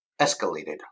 escalated